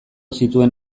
zituen